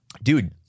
Dude